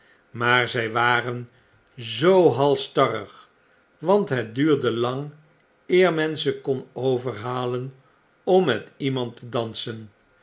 vragen maarzy waren zoo halsstarrig want het duurde lang eer men ze kon overhalen om met iemand te dansen